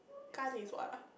gan is what ah